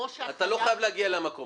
אתה לא חייב להגיע למקום.